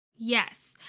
Yes